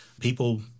People